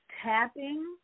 tapping